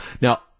Now